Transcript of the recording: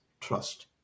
trust